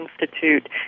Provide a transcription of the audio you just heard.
Institute